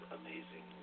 amazing